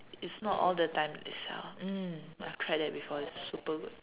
it's not all the time they sell mm I've tried that before it's super good